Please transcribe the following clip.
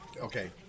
Okay